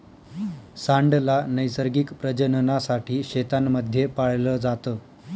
सांड ला नैसर्गिक प्रजननासाठी शेतांमध्ये पाळलं जात